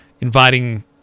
inviting